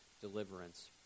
deliverance